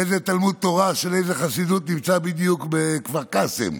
איזה תלמוד תורה של איזה חסידות נמצא בדיוק בכפר קאסם?